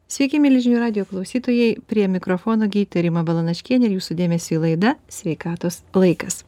sveiki milžinių radijo klausytojai prie mikrofono gydytoja rima balanaškienė ir jūsų dėmesiui laida sveikatos laikas